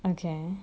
okay